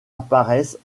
apparaissent